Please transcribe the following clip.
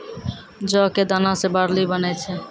जौ कॅ दाना सॅ बार्ली बनै छै